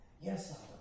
Yes